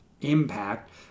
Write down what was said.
impact